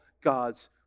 God's